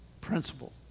Principle